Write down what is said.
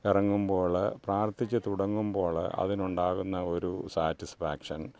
ഇറങ്ങുമ്പോൾ പ്രാർത്ഥിച്ചു തുടങ്ങുമ്പോൾ അതിനുണ്ടാകുന്ന ഒരു സാറ്റിസ്ഫാക്ഷൻ